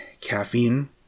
caffeine